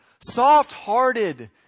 soft-hearted